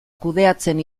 kudeatzen